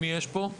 מי נמצא פה?